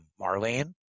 Marlene